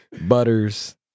Butters